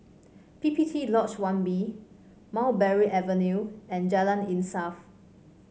P P T Lodge One B Mulberry Avenue and Jalan Insaf